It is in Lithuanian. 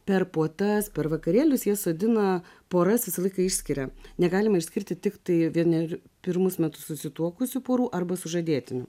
per puotas per vakarėlius jie sodina poras visą laiką išskiria negalima išskirti tiktai vien per pirmus metus susituokusių porų arba sužadėtinių